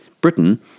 Britain